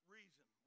reason